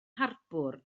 harbwr